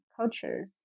cultures